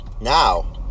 Now